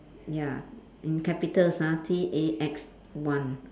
ya in capitals ah T_A_X one